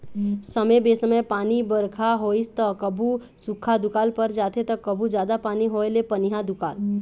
समे बेसमय पानी बरखा होइस त कभू सुख्खा दुकाल पर जाथे त कभू जादा पानी होए ले पनिहा दुकाल